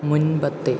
മുൻപത്തെ